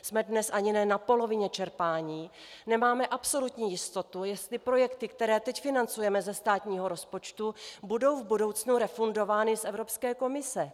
Jsme dnes ani ne na polovině čerpání, nemáme absolutní jistotu, jestli projekty, které teď financujeme ze státního rozpočtu, budou v budoucnu refundovány z Evropské komise.